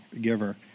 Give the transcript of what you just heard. giver